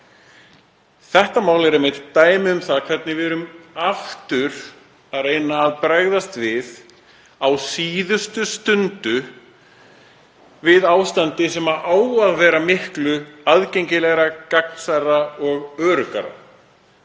Þetta mál er dæmi um það hvernig við erum aftur að reyna að bregðast við á síðustu stundu við ástandi sem á að vera miklu aðgengilegra, gagnsærra og öruggara.